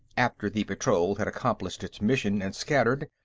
after the patrol had accomplished its mission and scattered,